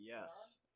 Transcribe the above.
yes